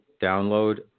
Download